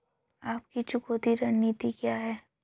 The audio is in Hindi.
आपकी चुकौती रणनीति क्या है?